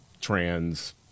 trans